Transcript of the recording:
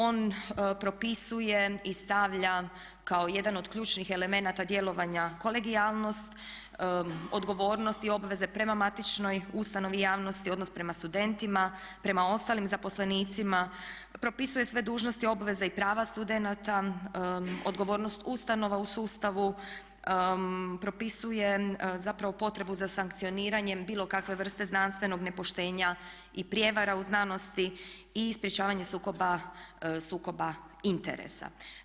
On propisuje i stavlja kao jedan od ključnih elemenata djelovanja kolegijalnost, odgovornost i obveze prema matičnoj ustanovi javnosti, odnos prema studentima, prema ostalim zaposlenicima, propisuje sve dužnosti, obveza i prava studenata, odgovornost ustanova u sustavu, propisuje zapravo potrebu za sankcioniranjem bilo kakve vrste znanstvenog nepoštenja i prijevara u znanosti i sprječavanje sukoba interesa.